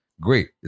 Great